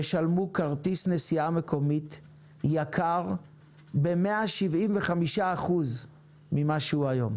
ישלמו כרטיס נסיעה מקומית יקר ב-175 אחוז ממה שהוא היום.